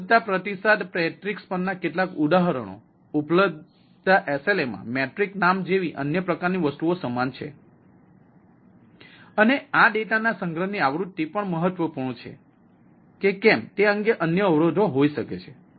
ઉપલબ્ધતા પ્રતિસાદ મેટ્રિક્સ પરના કેટલાક ઉદાહરણો ઉપલબ્ધતા SLA માં મેટ્રિક નામ જેવી અન્ય પ્રકારની વસ્તુઓ સમાન છે અને આ ડેટાના સંગ્રહની આવૃત્તિ પણ મહત્વપૂર્ણ છે કે કેમ તે અંગે અન્ય અવરોધો હોઈ શકે છે